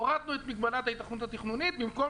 הורדנו את מגבלת ההיתכנות התכנונית במקום